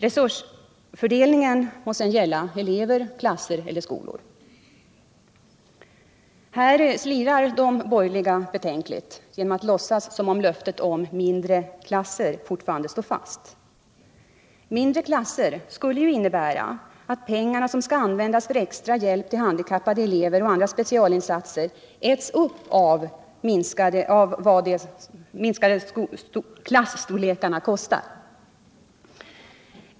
Resursfördelningen må sedan gälla elever, skolor eller rektorsområden. Här slirar de borgerliga betänkligt genom att låtsas som om löftet om mindre klasser fortfarande står fast. Mindre klasser skulle innebära att de pengar som skall användas för extra hjälp till handikappade elever och andra specialinsatser äts upp av vad minskade klasstorlekar kostar.